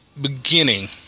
beginning